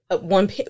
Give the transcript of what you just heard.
One